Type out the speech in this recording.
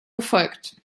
gefolgt